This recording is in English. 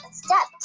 step